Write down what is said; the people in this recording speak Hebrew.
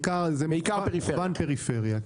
זה בעיקר מכוון לפריפריה.